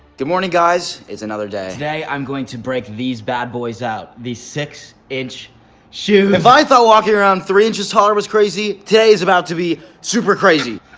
good morning guys, it's another day. today, i'm going to break these bad boys out. the six inch shoes! if i thought walking around three inches taller was crazy, today is about to be super crazy.